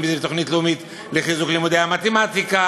אם זה בתוכנית הלאומית לחיזוק לימודי המתמטיקה,